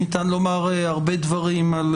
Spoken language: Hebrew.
ניתן לומר הרבה דברים על